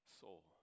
soul